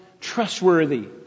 trustworthy